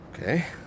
Okay